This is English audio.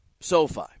SoFi